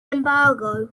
embargo